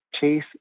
Chase